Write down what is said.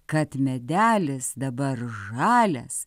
kad medelis dabar žalias